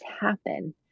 happen